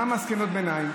מה מסקנות הביניים?